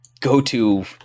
go-to